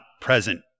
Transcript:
present